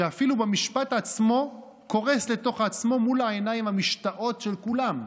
שאפילו במשפט עצמו קורס לתוך עצמו מול העיניים המשתאות של כולם.